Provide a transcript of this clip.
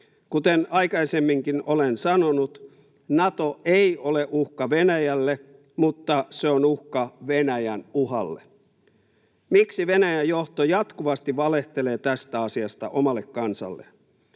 Kuten aikaisemminkin olen sanonut, Nato ei ole uhka Venäjälle, mutta se on uhka Venäjän uhalle. Miksi Venäjän johto jatkuvasti valehtelee tästä asiasta omalle kansalle?